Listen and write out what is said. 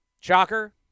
Shocker